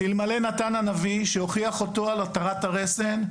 שאלמלא נתן הנביא שהוכיח אותו על התרת הרסן,